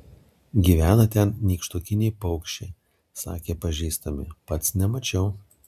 gyvena ten nykštukiniai paukščiai sakė pažįstami pats nemačiau